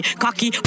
cocky